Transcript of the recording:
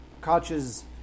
Koch's